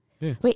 Wait